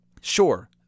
Sure